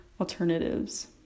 alternatives